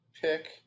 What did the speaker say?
pick